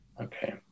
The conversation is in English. Okay